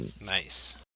Nice